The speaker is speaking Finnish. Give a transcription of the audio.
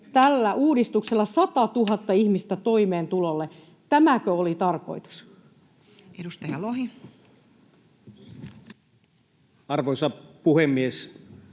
koputtaa] 100 000 ihmistä toimeentulotuelle. Tämäkö oli tarkoitus? Edustaja Lohi. Arvoisa puhemies!